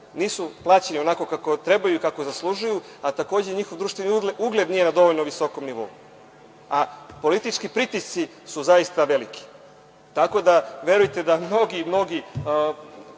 Nisu plaćeni onako kako trebaju i kako zaslužuju, a takođe njihov društveni ugled nije na dovoljno visokom nivou, a politički pritisci su zaista veliki. Tako da verujte da mnogi ljudi